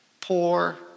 poor